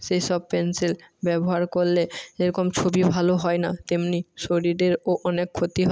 সেসব পেনসিল ব্যবহার করলে যেরকম ছবি ভালো হয় না তেমনি শরীরেরও অনেক ক্ষতি হয়